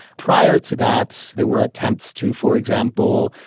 prior to that there were attempts to, for example,